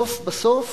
בסוף בסוף,